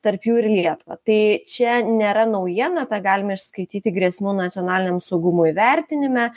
tarp jų ir lietuvą tai čia nėra naujiena tą galima išskaityti grėsmių nacionaliniam saugumui vertinime